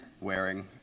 wearing